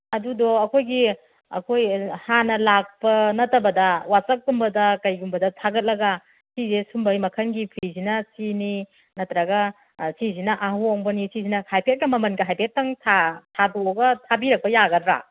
ꯑꯗꯨꯗꯣ ꯑꯩꯈꯣꯏꯒꯤ ꯑꯩꯈꯣꯏ ꯍꯥꯟꯅ ꯂꯥꯛꯄ ꯅꯠꯇꯕꯗ ꯋꯥꯆꯞꯀꯨꯝꯕꯗ ꯀꯩꯒꯨꯝꯕꯗ ꯊꯥꯒꯠꯂꯒ ꯁꯤꯁꯦ ꯁꯨꯝꯕꯩ ꯃꯈꯜꯒꯤ ꯐꯤꯁꯤꯅ ꯁꯤꯅꯤ ꯅꯠꯇ꯭ꯔꯒ ꯁꯤꯁꯤꯅ ꯑꯍꯣꯡꯕꯅꯤ ꯁꯤꯁꯤꯅ ꯍꯥꯏꯐꯦꯠꯀ ꯃꯃꯟꯒ ꯍꯥꯏꯐꯦꯠꯇꯪ ꯊꯥꯗꯣꯛꯑꯒ ꯊꯥꯕꯤꯔꯛꯄ ꯌꯥꯒꯗ꯭ꯔ